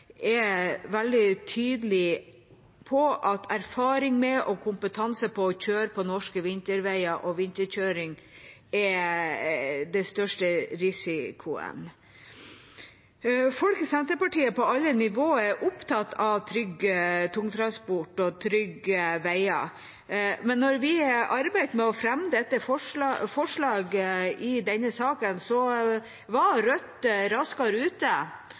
er veldig tydelig på at manglende erfaring med og kompetanse for å kjøre på norske vinterveier og vinterkjøring er den største risikoen. Folk i Senterpartiet på alle nivå er opptatt av trygg tungtransport og trygge veier, men da vi arbeidet med å fremme en sak om dette, var Rødt raskere ute. Vi valgte å bruke denne saken til å fremme våre forslag i